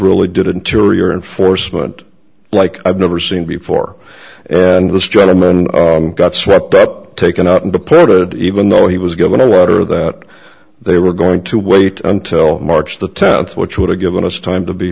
really did interior enforcement like i've never seen before and was gentleman got swept up taken out and departed even though he was given a lot or that they were going to wait until march the tenth which would have given us time to be